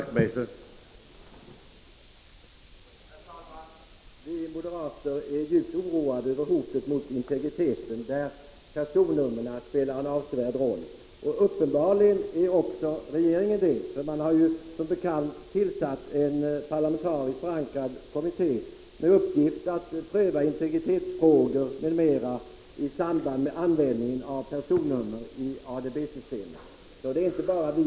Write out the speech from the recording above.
Skyldigheten att lämna